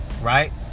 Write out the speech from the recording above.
right